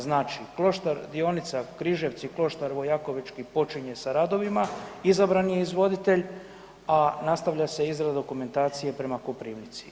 Znači kloštar, dionica Križevci-Kloštar Vojakovečki počinje sa radovima, izabran je izvoditelj, a nastavlja se izrada dokumentacije prema Koprivnici.